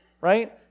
right